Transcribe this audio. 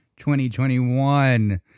2021